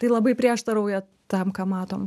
tai labai prieštarauja tam ką matom